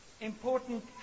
important